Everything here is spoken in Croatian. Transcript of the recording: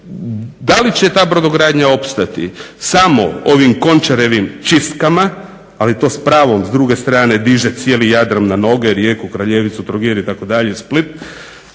Da li će ta brodogradnja opstati samo ovim Končarevim čistkama, ali to s pravom s druge strane diže cijeli Jadran na noge, Rijeku, Kraljevicu, Trogir, Split